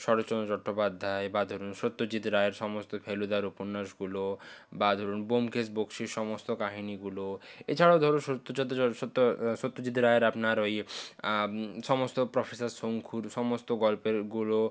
শরৎচন্দ্র চট্টোপাধ্যায় বা ধরুন সত্যজিৎ রায়ের সমস্ত ফেলুদার উপন্যাসগুলো বা ধরুন ব্যোমকেশ বক্সীর সমস্ত কাহিনীগুলো এছাড়াও ধরো সত্য সত্যজিৎ রায়ের আপনার ওই সমস্ত প্রফেসার শঙ্কুর সমস্ত গল্পেরগুলো